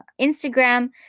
instagram